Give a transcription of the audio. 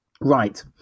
Right